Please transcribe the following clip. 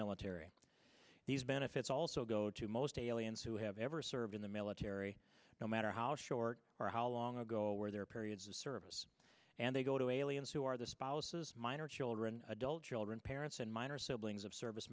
military these benefits also go to most aliens who have ever served in the military no matter how short or how long ago where their periods of service and they go to wally and who are the spouses minor children adult children parents and minor siblings of service